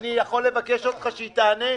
אני יכול לבקש אותך שהיא תענה?